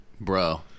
bro